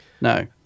no